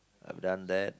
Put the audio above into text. I've done that